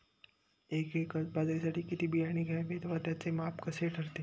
एका एकर बाजरीसाठी किती बियाणे घ्यावे? त्याचे माप कसे ठरते?